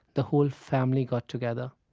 the whole family got together.